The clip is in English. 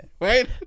Right